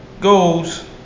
goes